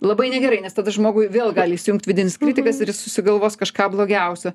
labai negerai nes tada žmogui vėl gali įsijungt vidinis kritikas ir jis susigalvos kažką blogiausio